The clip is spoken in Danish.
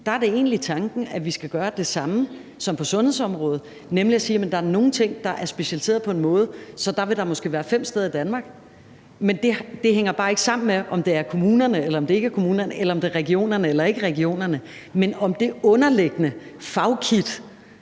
er det egentlig tanken, at vi skal gøre det samme som på sundhedsområdet, nemlig at sige, at der er nogle ting, der er specialiseret på en måde, så de måske vil være fem steder i Danmark, men det hænger bare ikke sammen med, om det er kommunerne eller ikke er kommunerne, eller om det er regionerne eller ikke er regionerne.